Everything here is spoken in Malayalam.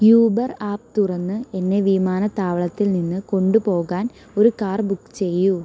യൂബർ ആപ്പ് തുറന്ന് എന്നെ വിമാനത്താവളത്തിൽ നിന്ന് കൊണ്ടു പോകാൻ ഒരു കാർ ബുക്ക് ചെയ്യൂ